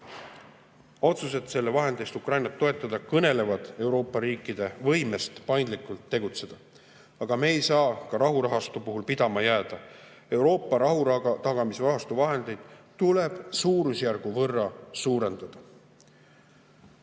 Otsused selle vahendeist Ukrainat toetada kõnelevad Euroopa riikide võimest paindlikult tegutseda. Aga me ei saa ka rahurahastu puhul pidama jääda. Euroopa rahutagamisrahastu vahendeid tuleb suurusjärgu võrra suurendada. Rahu